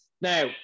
Now